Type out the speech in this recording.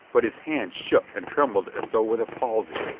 but his hand shook and trembled as though with a palsy.